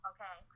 Okay